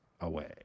away